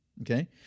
okay